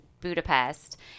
Budapest